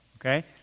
Okay